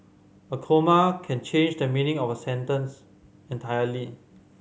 a comma can change the meaning of sentence entirely